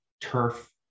turf